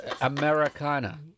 americana